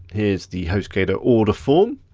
here's the hostgator order form.